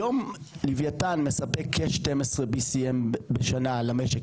היום לווייתן מספק כ-BCM12 בשנה למשק,